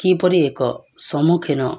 କିପରି ଏକ ସମ୍ମୁଖୀନ